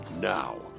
Now